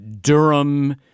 durham